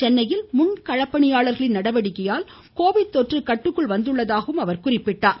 சென்னையில் முன் களப்பணியாளர்களின் நடவடிக்கையால் கோவிட் தொற்று கட்டுக்குள் வந்துள்ளதாகவும் குறிப்பிட்டார்